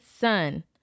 son